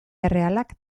errealak